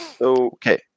Okay